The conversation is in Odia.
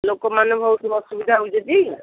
ଲୋକମାନେ ବହୁତ ଅସୁବିଧା ହେଉଛନ୍ତି